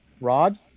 Rod